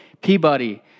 Peabody